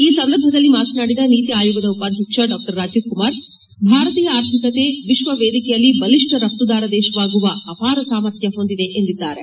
ಈ ಸಂದರ್ಭದಲ್ಲಿ ಮಾತನಾಡಿದ ನೀತಿ ಆಯೋಗದ ಉಪಾಧ್ಯಕ್ಷ ಡಾ ರಾಜೀವ್ ಕುಮಾರ್ ಭಾರತೀಯ ಆರ್ಥಿಕತೆ ವಿಶ್ವ ವೇದಿಕೆಯಲ್ಲಿ ಬಲಿಷ್ಠ ರಘ್ತದಾರ ದೇಶವಾಗುವ ಅಪಾರ ಸಾಮರ್ಥ್ಯ ಹೊಂದಿದೆ ಎಂದಿದ್ದಾರೆ